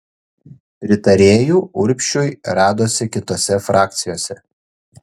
pritarėjų urbšiui radosi kitose frakcijose